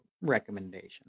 recommendation